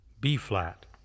B-flat